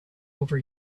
over